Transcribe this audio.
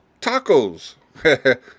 tacos